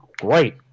great